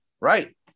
Right